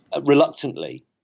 reluctantly